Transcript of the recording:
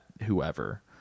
whoever